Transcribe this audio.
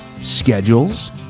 schedules